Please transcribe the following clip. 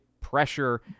pressure